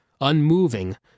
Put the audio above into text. unmoving